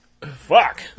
Fuck